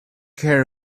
care